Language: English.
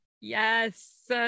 Yes